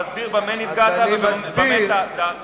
תסביר במה נפגעת ובמה טעתה השרה.